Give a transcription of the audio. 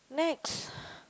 next